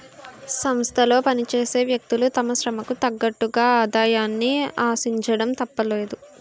సంస్థలో పనిచేసే వ్యక్తులు తమ శ్రమకు తగ్గట్టుగా ఆదాయాన్ని ఆశించడం తప్పులేదు